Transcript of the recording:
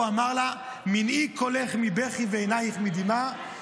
אמר לה: מנעי קולך מבכי ועינייך מדמעה,